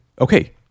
Okay